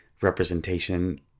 representation